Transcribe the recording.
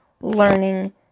learning